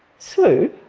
so.